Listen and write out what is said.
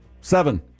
Seven